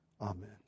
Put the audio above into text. Amen